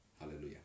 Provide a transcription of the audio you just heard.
Hallelujah